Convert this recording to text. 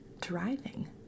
driving